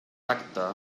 acte